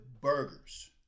burgers